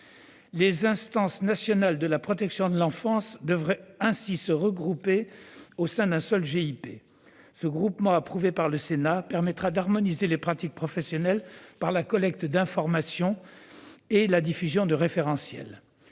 Les instances nationales de la protection de l'enfance devraient ainsi se regrouper au sein d'un seul groupement d'intérêt public (GIP). Ce regroupement, approuvé par le Sénat, permettra d'harmoniser les pratiques professionnelles par la collecte d'informations et la diffusion de référentiels.